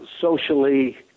socially